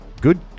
good